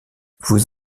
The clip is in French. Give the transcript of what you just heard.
vous